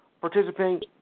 participating